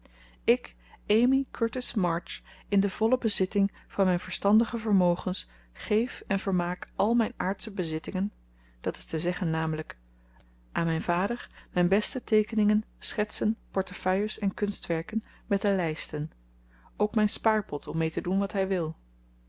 ik amy curtis march in de volle bezitting van mijn verstandige vermogens geef en vermaak al mijn aardse bezittingen dat is te zeggen namelijk aan mijnen vader mijne beste teekeningen schetsen portefeuilles en kunstwerken met de leisten ook mijn spaarpot om mee te doen wat hij wil